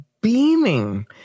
beaming